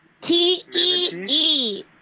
T-E-E